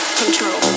control